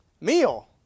meal